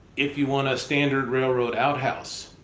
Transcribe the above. if you want a standard railroad outhouse,